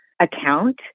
account